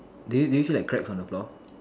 do you do you see like cracks on the floor